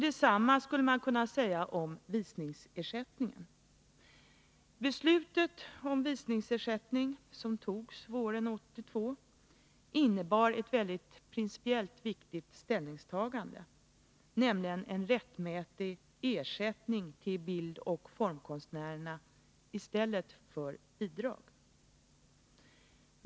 Detsamma skulle man kunna säga om visningsersättningen. Beslutet om visningsersättning, som fattades våren 1982, innebar ett principiellt mycket viktigt ställningstagande, nämligen att man ger en rättmätig ersättning till bildoch formkonstnärerna i stället för bidrag.